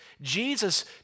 Jesus